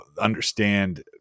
understand